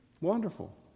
Wonderful